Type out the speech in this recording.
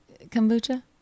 kombucha